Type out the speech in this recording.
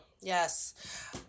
yes